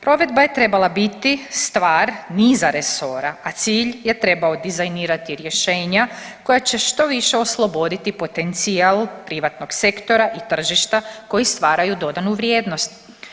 Provedba je trebala biti stvar niza resora, a cilj je trebao dizajnirati rješenja koja će što više osloboditi potencijal privatnog sektora i tržišta koji stvaraju dodanu vrijednost.